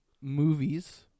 movies